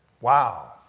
Wow